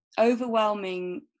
overwhelming